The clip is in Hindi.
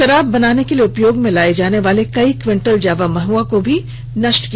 शराब बनाने के लिए उपयोग में लाए जाने वाले कई क्विंटल जावा महुआ को भी नष्ट किया